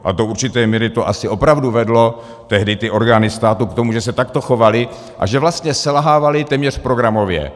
A do určité míry to asi opravdu vedlo tehdy ty orgány státu k tomu, že se takto chovaly a že vlastně selhávaly téměř programově.